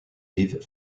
leave